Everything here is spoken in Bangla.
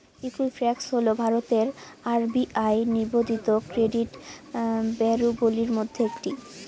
ঈকুইফ্যাক্স হল ভারতের আর.বি.আই নিবন্ধিত ক্রেডিট ব্যুরোগুলির মধ্যে একটি